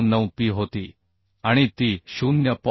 599P होती आणि ती 0